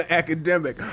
academic